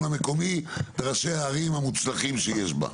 המקומי וראשי הערים המוצלחים שיש בו.